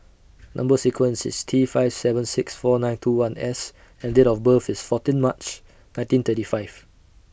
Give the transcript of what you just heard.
Number sequence IS T five seven six four nine two one S and Date of birth IS fourteen March nineteen thirty five